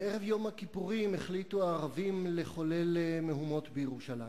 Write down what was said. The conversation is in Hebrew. בערב יום הכיפורים החליטו הערבים לחולל מהומות בירושלים.